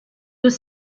deux